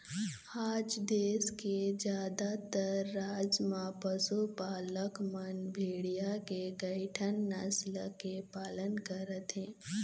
आज देश के जादातर राज म पशुपालक मन भेड़िया के कइठन नसल के पालन करत हे